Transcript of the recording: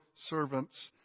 servants